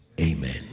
Amen